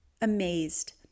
amazed